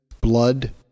blood